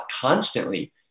constantly